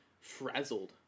frazzled